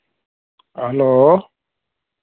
hello